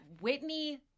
Whitney